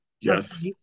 Yes